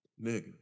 Nigga